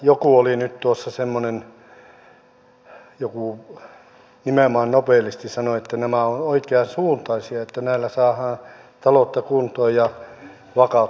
joku oli nyt tuossa semmoinen joku nimenomaan nobelisti sanoi että nämä ovat oikeasuuntaisia että näillä saadaan taloutta kuntoon ja vakautta